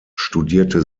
studierte